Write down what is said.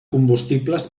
combustibles